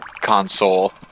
console